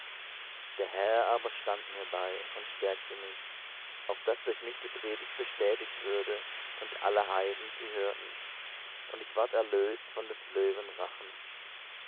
der herr aber stand mir bei und stärkte mich auf daß durch mich die predigt bestätigt würde und alle heiden sie hörten und ich ward erlöst von des löwen rachen